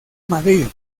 madrid